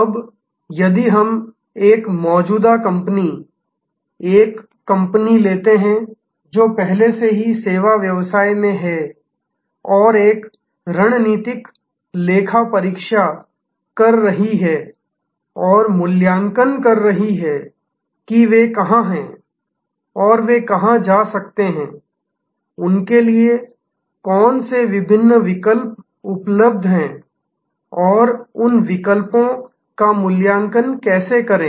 अब यदि हम एक मौजूदा कंपनी एक कंपनी लेते हैं जो पहले से ही सेवा व्यवसाय में है और एक रणनीतिक लेखापरीक्षा ऑडिट कर रही है और मूल्यांकन कर रही है कि वे कहां हैं और वे कहां जा सकते हैं उनके लिए कौन से विभिन्न विकल्प उपलब्ध हैं और उन विकल्पों का मूल्यांकन कैसे करें